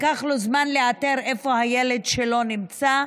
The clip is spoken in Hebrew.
לקח לו זמן לאתר איפה הילד שלו נמצא.